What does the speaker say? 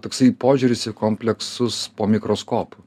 toksai požiūris į kompleksus po mikroskopu